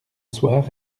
soir